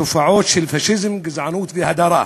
תופעות של פאשיזם, גזענות והדרה.